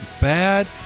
bad